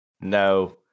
No